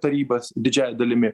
tarybas didžiąja dalimi